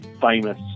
famous